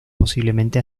posiblemente